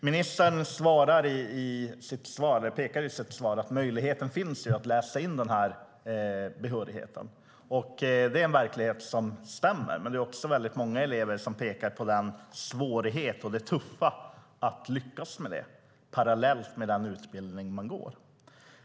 Ministern pekar i sitt svar på att möjligheten finns att läsa in behörigheten. Det är en verklighet som stämmer, men det är också väldigt många elever som pekar på svårigheten och det tuffa i att lyckas med det parallellt med den utbildning man går.